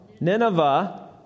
Nineveh